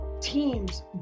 teams